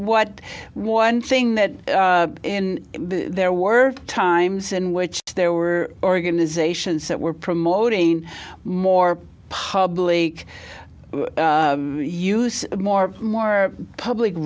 what one thing that there were times in which there were organizations that were promoting more public use more more public